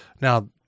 Now